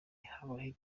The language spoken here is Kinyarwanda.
habayeho